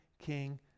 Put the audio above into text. King